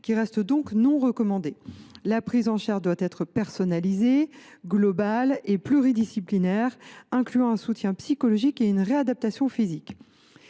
reste donc non recommandée. La prise en charge doit être personnalisée, globale et pluridisciplinaire, incluant un soutien psychologique et une réadaptation physique.